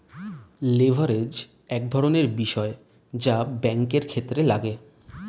leverage এক ধরনের বিষয় যা ব্যাঙ্কের ক্ষেত্রে লাগে